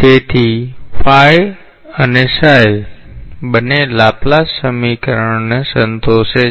તેથી અને બંને લાપ્લાસ સમીકરણને સંતોષે